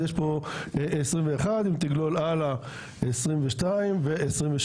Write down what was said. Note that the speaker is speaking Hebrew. ויש פה 2021, אם תגלול הלאה 2022 ו-2023.